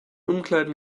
umkleiden